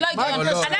לא, נעמה.